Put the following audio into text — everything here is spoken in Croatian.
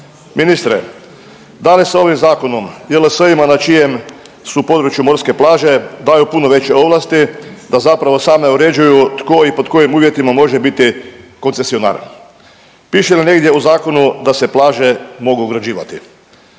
Ministre, da li se ovim zakonom JLS-ima na čijem su području morske plaže daju puno veće ovlasti da zapravo same uređuje tko i pod kojim uvjetima može biti koncesionar? Piše li negdje u zakonu da se plaže mogu ograđivati